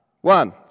one